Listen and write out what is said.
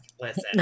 Listen